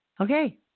Okay